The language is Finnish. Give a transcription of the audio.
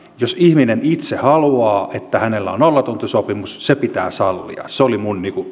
jos ihminen itse haluaa että hänellä on nollatuntisopimus se pitää sallia se oli minun